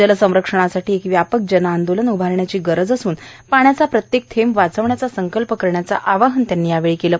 जल संरक्षणासाठी एक व्यापक जन आंदोलन उभारण्याची गरज असून पाण्याचा प्रत्येक थेंब वाचवण्याचा संकल्प करण्याचं आवाहन त्यांनी यावेळी केलं